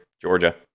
Georgia